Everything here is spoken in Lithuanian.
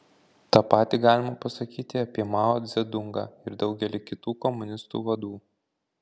tą patį galima pasakyti apie mao dzedungą ir daugelį kitų komunistų vadų